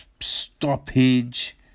stoppage